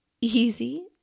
easy